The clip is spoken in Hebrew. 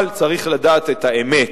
אבל צריך לדעת את האמת: